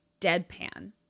deadpan